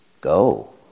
Go